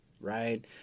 right